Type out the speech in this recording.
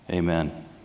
Amen